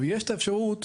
יש את האפשרות